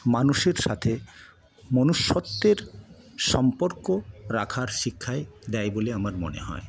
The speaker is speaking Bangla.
মানুষের সাথে মনুষ্যত্বের সম্পর্ক রাখার শিক্ষাই দেয় বলে আমার মনে হয়